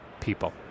people